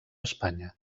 espanya